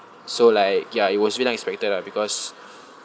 so like ya it was really unexpected lah because